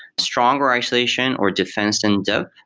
stronger isolation or defense in depth,